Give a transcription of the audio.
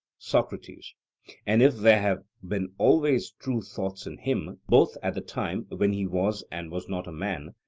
socrates and if there have been always true thoughts in him, both at the time when he was and was not a man,